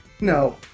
No